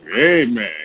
Amen